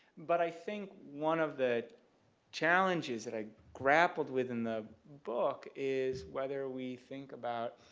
but i think one of the challenges that i grappled with in the book is whether we think about